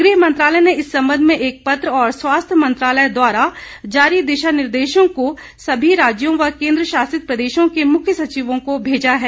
गृह मंत्रालय ने इस सम्बंध में एक पत्र और स्वास्थ्य मंत्रालय द्वारा जारी दिशा निर्देशों को सभी राज्यों व केन्द्र शासित प्रदेशों के मुख्य सचिवों को भेजा है